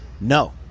No